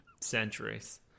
centuries